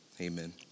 amen